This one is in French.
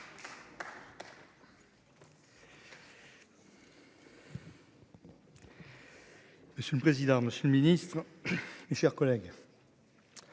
Monsieur le président, Monsieur le Ministre, mes chers collègues.